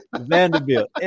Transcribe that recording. Vanderbilt